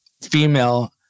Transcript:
female